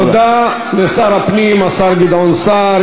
תודה לשר הפנים, השר גדעון סער.